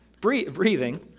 Breathing